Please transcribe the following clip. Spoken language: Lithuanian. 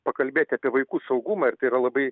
pakalbėti apie vaikų saugumą ir tai yra labai